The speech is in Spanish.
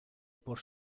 por